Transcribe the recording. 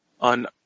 On